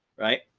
right?